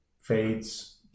Fades